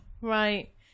right